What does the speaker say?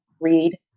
Read